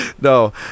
No